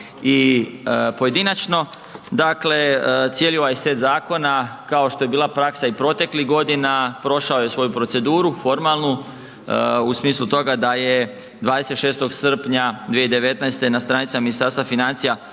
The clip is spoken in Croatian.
i pojedinačno. Dakle, cijeli ovaj set zakona kao što je bila praksa i proteklih godina prošao je svoju proceduru formalnu u smislu toga da je 26. srpnja 2019. na stranicama Ministarstva financija